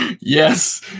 yes